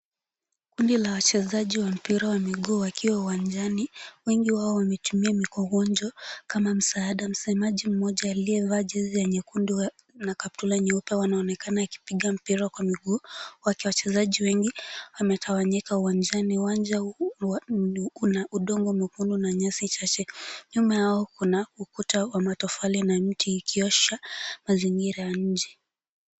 Kundi la wachezaji wa mpira wa miguu wakiwa uwanjani wengi wao wametumia mikongojo kama msaada. Msemaji mmoja aliyevaa jezi ya nyekundu na kaptula nyeupe wanaonekana akipiga mpira kwa miguu wachezaji wengi, wametawanyika uwanjani. Uwanja huu kuna udongo mwekundu na nyasi chache. Nyuma yao kuna ukuta wa matofali na miti ikionyesha mazingira ya nje.